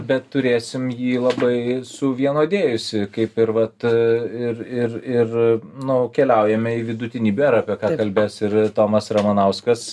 bet turėsim jį labai suvienodėjusį kaip ir vat ir ir ir nu keliaujame į vidutinybių erą apie ką kalbės ir tomas ramanauskas